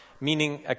Meaning